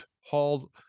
hauled